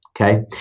okay